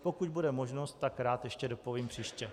Pokud bude možnost, tak rád ještě dopovím příště.